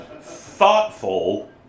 thoughtful